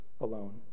alone